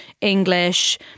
English